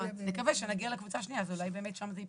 נקווה שכשנגיע לקבוצה השנייה אז אולי באמת שם זה ייפתר.